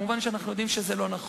מובן שאנחנו יודעים שזה לא נכון.